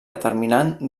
determinat